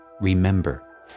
remember